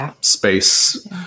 space